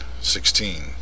sixteen